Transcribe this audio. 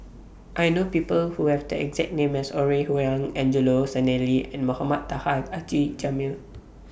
I know People Who Have The exact name as Ore Huiying Angelo Sanelli and Mohamed Taha Haji Jamil